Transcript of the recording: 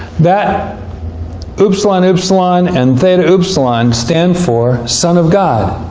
that upsilon-upsilon and theta-upsilon stand for son of god.